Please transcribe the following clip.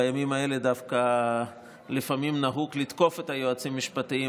בימים האלה דווקא לפעמים נהוג לתקוף את היועצים המשפטיים.